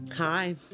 Hi